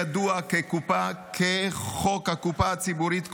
הידוע כחוק הקופה הציבורית,